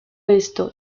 esto